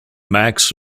max